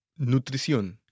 Nutrición